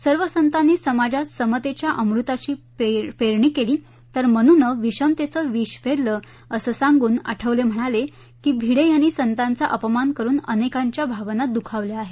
सर्व संतांनी समाजात समतेच्या अमृताची पेरणी केली तर मनूनं विषमतेचं विष पेरलं असं सांगून आठवले म्हणाले की भिडे यांनी संतांचा अपमान करुन अनेकांच्या भावना दुखावल्या आहेत